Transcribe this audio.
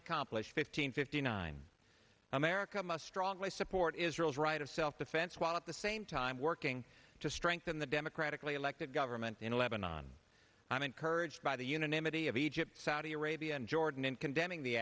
accomplish fifteen fifty nine america must strongly support israel's right of self defense while at the same time working to strengthen the democratically elected government in lebanon i'm encouraged by the unanimity of egypt saudi arabia and jordan in condemning the